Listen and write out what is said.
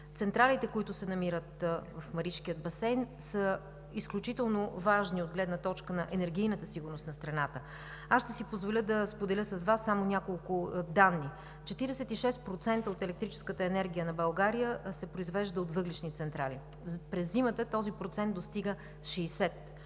Централите, които се намират в Маришкия басейн, са изключително важни от гледна точка на енергийната сигурност на страната. Аз ще си позволя да споделя с Вас само няколко данни. Четиридесет и шест процента от електрическата енергия на България се произвежда от въглищни централи. През зимата този процент достига